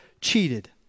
cheated